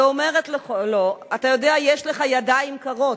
ואומרת לו, אתה יודע, יש לך ידיים קרות,